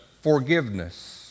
forgiveness